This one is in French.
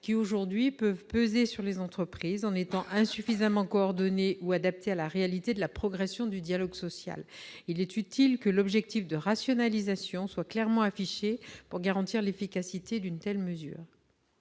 aujourd'hui peser sur les entreprises du fait qu'elles sont insuffisamment coordonnées ou adaptées à la réalité de la progression du dialogue social. Il est utile que l'objectif de rationalisation soit clairement affiché pour garantir l'efficacité d'une telle mesure.